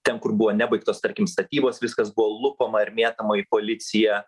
ten kur buvo nebaigtos tarkim statybos viskas buvo lupama ir mėtoma į policiją